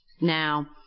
Now